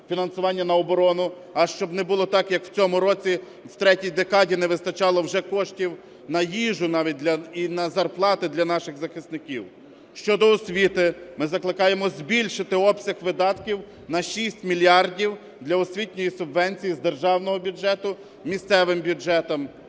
фінансування на оборону. Щоб не було так, як в цьому році: в третій декаді не вистачало вже коштів на їжу навіть і на зарплати для наших захисників. Щодо освіти. Ми закликаємо збільшити обсяг видатків на 6 мільярдів для освітньої субвенції з державного бюджету місцевим бюджетам.